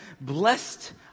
blessed